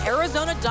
Arizona